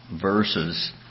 verses